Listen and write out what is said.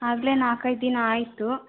ಆಗಲೇ ನಾಲ್ಕೈದು ದಿನ ಆಯಿತು